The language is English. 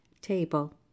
table